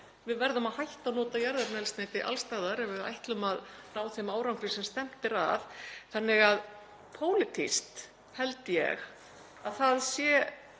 Við verðum að hætta að nota jarðefnaeldsneyti alls staðar ef við ætlum að ná þeim árangri sem stefnt er að. Þannig að pólitískt held ég að það sé